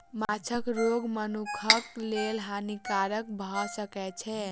माँछक रोग मनुखक लेल हानिकारक भअ सकै छै